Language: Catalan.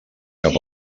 cap